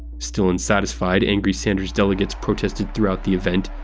still unsatisfied, angry sanders delegates protested throughout the event,